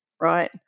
right